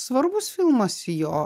svarbus filmas jo